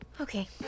Okay